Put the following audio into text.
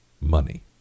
money